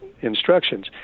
instructions